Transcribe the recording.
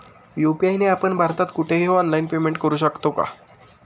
UPI ने आपण भारतात कुठेही ऑनलाईन पेमेंट करु शकतो का?